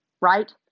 right